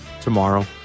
tomorrow